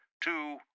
two